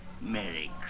Merry